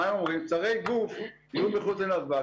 הם אומרים שצרי גוף יהיו מחוץ לנתב"ג.